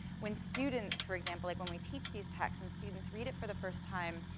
when students, for example, like when we teach these texts, and students read it for the first time,